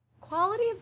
quality